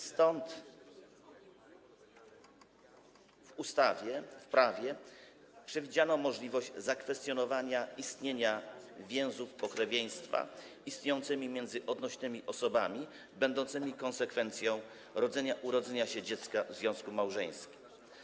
Stąd w ustawie, w prawie przewidziano możliwość zakwestionowania więzów pokrewieństwa istniejących między odnośnymi osobami, będących konsekwencją urodzenia się dziecka w związku małżeńskim.